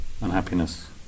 unhappiness